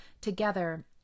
together